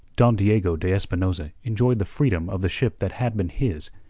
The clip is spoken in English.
don diego de espinosa enjoyed the freedom of the ship that had been his,